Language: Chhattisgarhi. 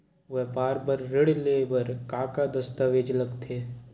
व्यापार बर ऋण ले बर का का दस्तावेज लगथे?